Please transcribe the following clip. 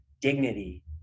dignity